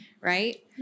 Right